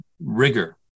rigor